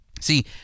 See